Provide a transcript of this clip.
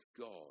God